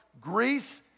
Greece